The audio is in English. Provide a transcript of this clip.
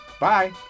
Bye